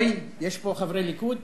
אוי, יש פה חברי ליכוד?